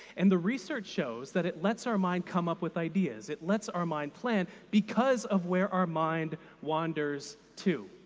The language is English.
and the research shows that it lets our mind come up with ideas, it lets our mind plan because of where our mind wanders to.